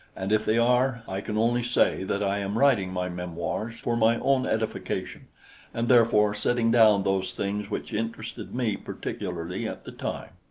and if they are, i can only say that i am writing my memoirs for my own edification and therefore setting down those things which interested me particularly at the time.